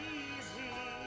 easy